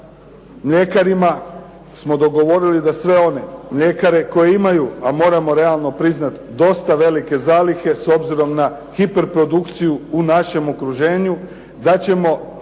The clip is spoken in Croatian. sa mljekarima smo dogovorili da sve one mljekare koje imaju, a moramo realno priznat, dosta velike zalihe s obzirom na hiperprodukciju u našem okruženju, da ćemo